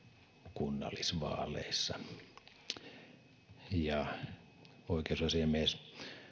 kunnallisvaaleissa oikeusasiamies